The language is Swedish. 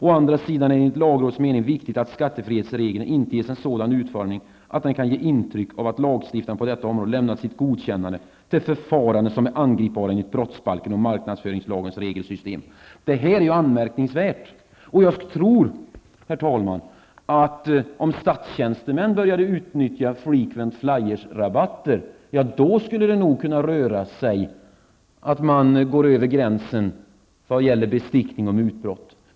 Å andra sidan är det enligt lagrådets mening viktigt att skattefrihetsregeln inte ges en sådan utformning att den kan ge intryck av att lagstiftaren på detta område lämnat sitt godkännande till förfaranden som är angripbara enligt brottsbalkens och marknadsföringslagens regelsystem.'' Detta är anmärkningsvärt. Och jag tror, herr talman, att om statstjänstemän började utnyttja frequent flyer-rabatter, skulle det nog kunna handla om att de går över gränsen när det gäller bestickning och mutbrott.